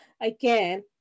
again